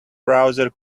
browser